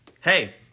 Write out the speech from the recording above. hey